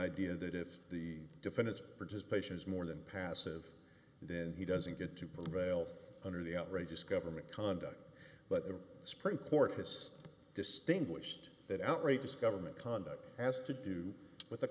idea that if the defendant participation is more than passive then he doesn't get to prevail under the outrageous government conduct but the supreme court has distinguished that outrageous government conduct has to do with the